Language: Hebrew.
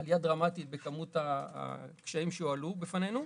עלייה דרמטית בכמות הקשיים שהועלו בפנינו,